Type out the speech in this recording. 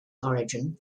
origin